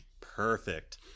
Perfect